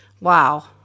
Wow